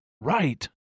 Right